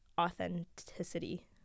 authenticity